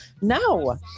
no